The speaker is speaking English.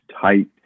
tight